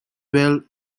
well